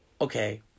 okay